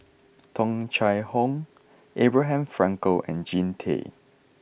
Tung Chye Hong Abraham Frankel and Jean Tay